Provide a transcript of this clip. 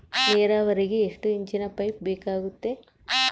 ನೇರಾವರಿಗೆ ಎಷ್ಟು ಇಂಚಿನ ಪೈಪ್ ಬೇಕಾಗುತ್ತದೆ?